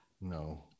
No